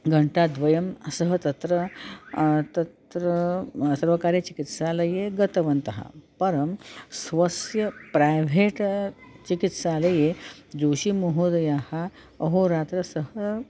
घण्टाद्वयं सः तत्र तत्र सर्वकारीयचिकित्सालये गतवन्तः परं स्वस्य प्रैव्हेटा चिकित्सालये ज्योषिमहोदयः अहोरात्रं सः